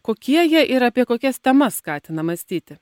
kokie jie ir apie kokias temas skatina mąstyti